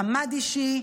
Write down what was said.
מעמד אישי,